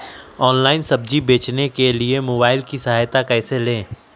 Online सब्जी बेचने के लिए मोबाईल की सहायता कैसे ले?